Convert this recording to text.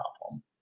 problem